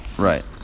Right